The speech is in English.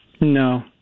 No